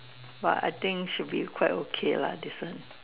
but I think should be quite okay lah different